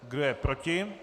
Kdo je proti?